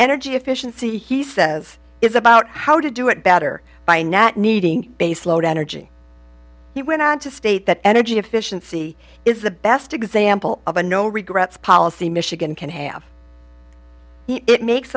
energy efficiency he says is about how to do it better by not needing baseload energy he went on to state that energy efficiency is the best example of a no regrets policy michigan can have it makes